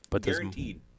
Guaranteed